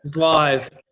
live.